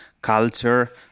culture